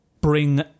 bring